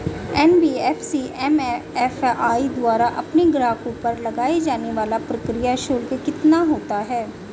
NBFC MFI द्वारा अपने ग्राहकों पर लगाए जाने वाला प्रक्रिया शुल्क कितना होता है?